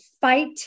fight